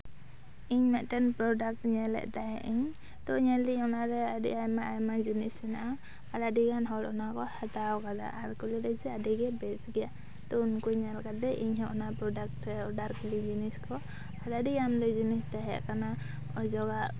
ᱤᱧ ᱢᱮᱫᱴᱮᱱ ᱯᱨᱳᱰᱟᱠᱴ ᱧᱮᱞᱮᱛ ᱛᱟᱦᱮᱸᱫ ᱟᱹᱧ ᱛᱚ ᱧᱮᱞ ᱫᱟᱹᱧ ᱚᱱᱟᱨᱮ ᱟᱹᱰᱤ ᱟᱭᱢᱟ ᱟᱭᱢᱟ ᱡᱤᱱᱤᱥ ᱦᱮᱱᱟᱜᱼᱟ ᱟᱨ ᱟᱹᱰᱤ ᱜᱟᱱ ᱦᱚᱲ ᱚᱱᱟᱠᱚ ᱦᱟᱛᱟᱣ ᱠᱟᱫᱟ ᱟᱨ ᱠᱚ ᱞᱟᱹᱭ ᱮᱫᱟ ᱡᱮ ᱟᱹᱰᱤᱜᱮ ᱵᱮᱥ ᱜᱮᱭᱟ ᱛᱚ ᱩᱱᱠᱩ ᱧᱮᱞ ᱠᱟᱛᱮ ᱤᱧ ᱦᱚᱸ ᱚᱱᱟ ᱯᱨᱳᱰᱟᱠᱴ ᱨᱮ ᱚᱰᱟᱨ ᱠᱤᱫᱟᱹᱧ ᱡᱤᱱᱤᱥ ᱠᱚ ᱟᱹᱰᱤ ᱟᱢᱫᱟ ᱡᱤᱱᱤᱥ ᱛᱟᱦᱮᱸᱠᱟᱱᱟ ᱚᱡᱚᱜᱟᱜ